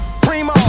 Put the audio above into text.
primo